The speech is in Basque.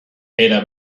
era